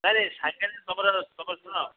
ନାଇଁ ନାଇଁ ସାଙ୍ଗରେ ତୁମର ତୁମେ ଶୁଣ